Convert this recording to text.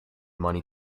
money